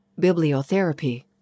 Bibliotherapy